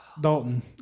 Dalton